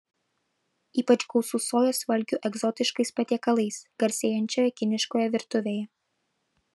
ypač gausu sojos valgių egzotiškais patiekalais garsėjančioje kiniškoje virtuvėje